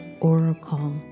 oracle